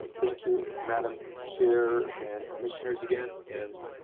ah thank you, madam chair. and commissioners, again, and